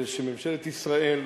שממשלת ישראל,